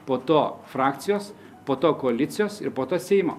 po to frakcijos po to koalicijos ir po to seimo